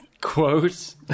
quote